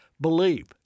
Believe